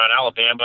Alabama